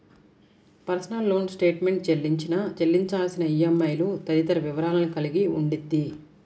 personal loan statement చెల్లించిన, చెల్లించాల్సిన ఈఎంఐలు తదితర వివరాలను కలిగి ఉండిద్ది